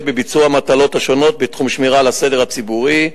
בביצוע המטלות השונות בתחום השמירה על הסדר הציבורי,